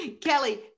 Kelly